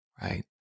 right